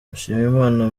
mushimiyimana